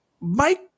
Mike